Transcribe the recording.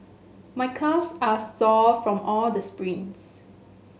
my calves are sore from all the sprints